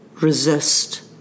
resist